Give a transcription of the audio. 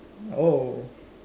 oh